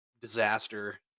disaster